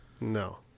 No